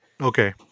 okay